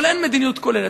אבל אין מדיניות כוללת.